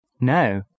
no